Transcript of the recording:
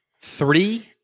Three